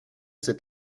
cet